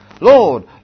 Lord